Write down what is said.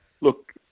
look